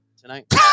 tonight